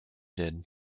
did